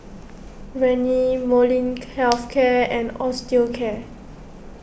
Rene Molnylcke Health Care and Osteocare